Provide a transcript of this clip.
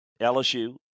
LSU